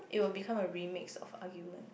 it will become a remix or argument